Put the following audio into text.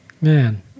Man